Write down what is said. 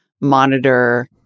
monitor